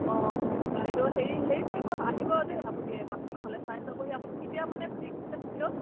অঁ বাইদেউ হেৰি হেৰি কৰিব আহিব দেই আপুনি এপাক নহ'লে চাই যাবহি আপুনি কেতিয়া মানে ফ্ৰী আছে বাইদেউ